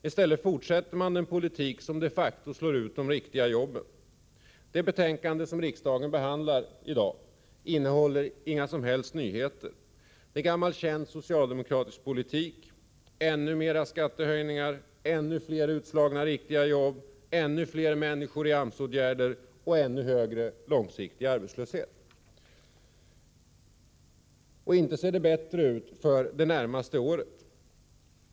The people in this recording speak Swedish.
I stället fortsätter man att föra den politik som de facto medför att riktiga jobb slås ut. Det betänkande som riksdagen behandlar i dag innehåller inga som helst nyheter. Det är fråga om gammal känd socialdemokratisk politik: ännu mer av skattehöjningar, ännu fler som slås ut från riktiga jobb, ännu fler människor i AMS-åtgärder och — långsiktigt — ännu högre arbetslöshet. Och inte ser det bättre ut för det närmaste året.